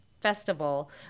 Festival